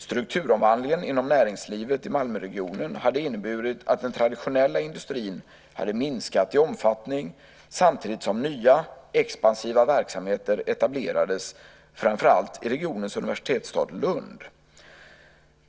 Strukturomvandlingen inom näringslivet i Malmöregionen hade inneburit att den traditionella industrin hade minskat i omfattning samtidigt som nya expansiva verksamheter etablerades framför allt i regionens universitetsstad Lund.